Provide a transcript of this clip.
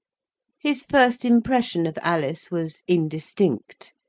his first impression of alice was indistinct,